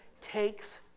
takes